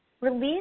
release